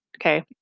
Okay